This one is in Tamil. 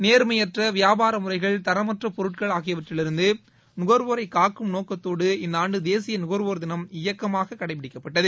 நேர்மையற்ற வியாபாரமுறைகள் தரமற்ற பொருட்கள் ஆகியவற்றிலிருந்து நுகர்வோரை காக்கும் நோக்கத்தோடு இந்த ஆண்டு தேசிய நுகர்வோர் தினம் இயக்கமாக கடைபிடிக்கப்பட்டது